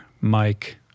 Mike